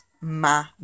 ma